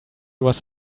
was